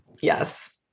yes